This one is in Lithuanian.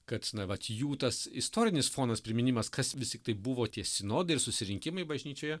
kad na vat jų tas istorinis fonas priminimas kas vis tiktai buvo tie sinodai ir susirinkimai bažnyčioje